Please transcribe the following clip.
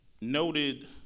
noted